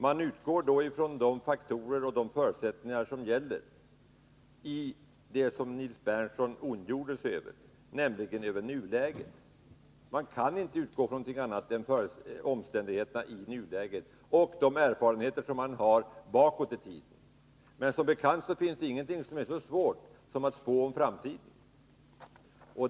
Man utgår då från de faktorer och förutsättningar som gäller i nuläget — det som Nils Berndtson ondgjorde sig över. Man kan inte utgå från någonting annat än omständigheterna i nuläget och de erfarenheter man har bakåt i tiden. Som bekant finns ingenting som är så svårt som att spå om framtiden.